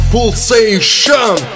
Pulsation